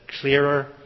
clearer